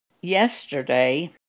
Yesterday